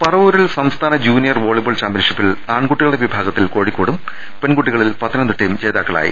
പറവൂരിൽ സംസ്ഥാന junior volleyball ചാമ്പ്യൻഷിപ്പിൽ ആൺകൂട്ടികളുടെ വിഭാഗത്തിൽ കോഴിക്കോടും പെൺകൂട്ടികളിൽ പത്തനംതിട്ടയും ജേതാക്കളായി